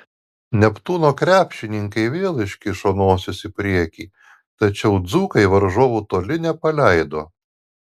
neptūno krepšininkai vėl iškišo nosis į priekį tačiau dzūkai varžovų toli nepaleido